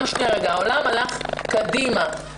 העולם הלך קדימה.